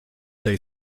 they